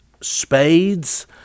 spades